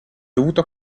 dovuto